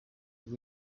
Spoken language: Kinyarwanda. buri